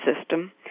system